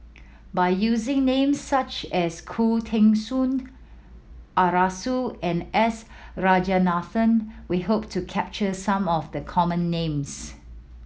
by using names such as Khoo Teng Soon Arasu and S Rajaratnam we hope to capture some of the common names